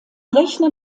rechner